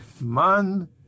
Man